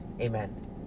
Amen